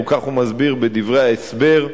וכך הוא מסביר בדברי ההסבר,